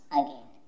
again